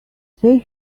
say